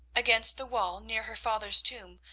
against the wall, near her father's tomb,